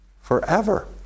Forever